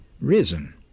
risen